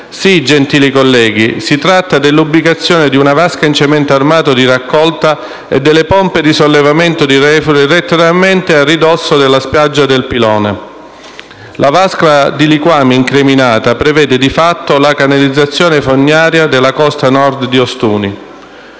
Sı, gentili colleghi, si tratta dell’ubicazione di una vasca in cemento armato di raccolta e delle pompe di sollevamento dei reflui letteralmente a ridosso della spiaggia del Pilone. La vasca di liquami incriminata prevede, di fatto, la canalizzazione fognaria della costa nord di Ostuni.